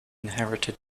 inherited